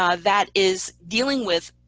ah that is dealing with,